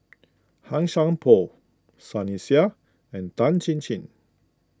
Han Sai Por Sunny Sia and Tan Chin Chin